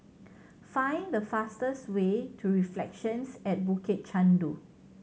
find the fastest way to Reflections at Bukit Chandu